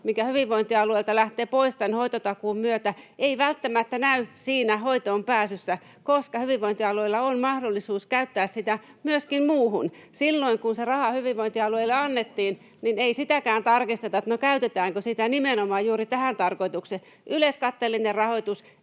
mikä hyvinvointialueilta lähtee pois tämän hoitotakuun myötä, ei välttämättä näy siinä hoitoonpääsyssä, koska hyvinvointialueilla on mahdollisuus käyttää sitä myöskin muuhun. Kun se raha hyvinvointialueille annettiin, ei sitäkään tarkisteta, käytetäänkö sitä nimenomaan juuri tähän tarkoitukseen. Yleiskatteellinen rahoitus,